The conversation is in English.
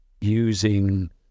using